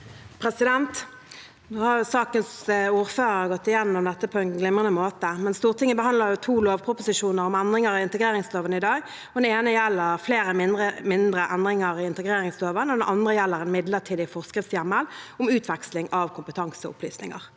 Nå har jo sakens ordfører gått gjennom dette på en glimrende måte, men Stortinget behandler altså i dag to lovproposisjoner om endringer i integreringsloven. Den ene gjelder flere mindre endringer i integreringsloven, og den andre gjelder en midlertidig forskriftshjemmel om utveksling av kompetanseopplysninger.